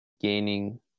gaining